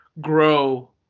grow